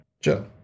Joe